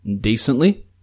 decently